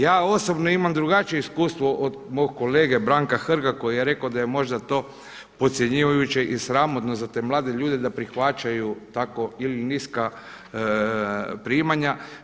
Ja osobno imam drugačije iskustvo od mog kolege Branka Hrga koji je rekao da je možda to podcjenjivajuće i sramotno za te mlade ljude da prihvaćaju tako ili niska primanja.